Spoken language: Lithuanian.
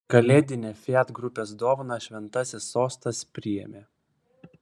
kalėdinę fiat grupės dovaną šventasis sostas priėmė